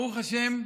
ברוך השם,